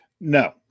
No